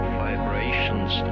vibrations